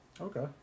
Okay